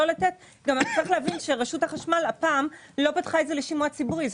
אתה צריך להבין שרשות החשמל הפעם לא פתחה את זה לשימוע ציבורי.